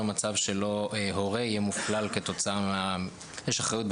מצב שהורה לא יהיה מופלל כי בחוק עבודת נוער יש אחריות.